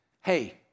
hey